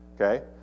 Okay